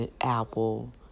Apple